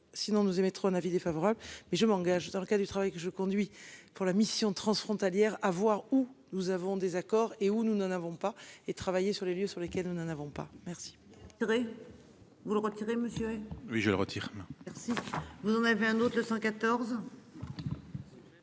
Sinon nous émettrons un avis défavorable mais je m'engage dans le cas du travail que je conduis pour la mission transfrontalière à voir où nous avons des accords et où nous n'en avons pas et travailler sur les lieux sur lesquels nous n'en avons pas merci.